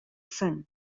son